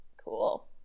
cool